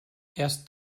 erst